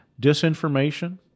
disinformation